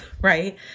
right